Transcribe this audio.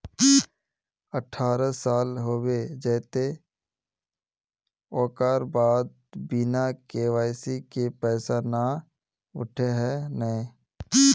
अठारह साल होबे जयते ओकर बाद बिना के.वाई.सी के पैसा न उठे है नय?